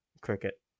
cricket